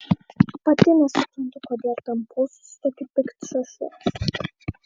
pati nesuprantu kodėl tampausi su tokiu piktšašiu